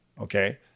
Okay